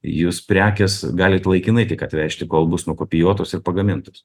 jus prekės galit laikinai tik atvežti kol bus nukopijuotos ir pagamintos